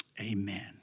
Amen